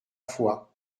fois